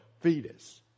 fetus